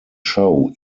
show